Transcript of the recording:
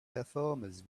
performers